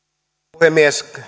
puhemies